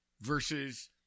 versus –